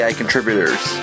contributors